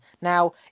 Now